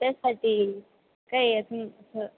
त्याचसाठी काही असं असं